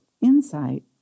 insight